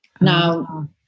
Now